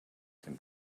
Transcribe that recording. can